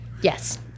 Yes